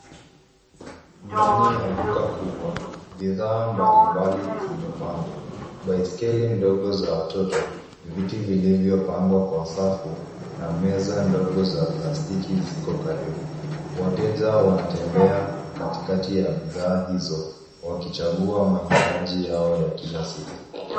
Ndani ya duka kubwa, bidhaa mbalimbali zimepangwa. Baiskeli ndogo za watoto, viti vilivyopangwa kwa safu na meza ndogo za plastiki ziko karibu. Wateja wanatembea katikati ya bidhaa hizo wakichagua mahitaji yao ya kila siku.